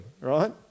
right